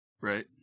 Right